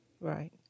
Right